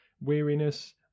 weariness